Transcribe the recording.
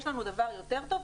יש לנו דבר יותר טוב,